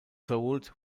sold